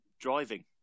driving